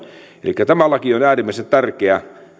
elikkä tämä laki on äärimmäisen tärkeä